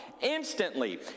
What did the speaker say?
Instantly